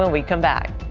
ah we come back.